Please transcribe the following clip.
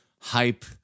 hype